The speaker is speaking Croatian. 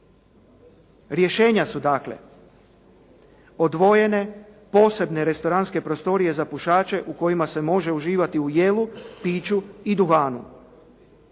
Rješenja su dakle, odvojene posebne restoranske prostorije za pušače u kojima se može uživati u jelu, piću i duhanu.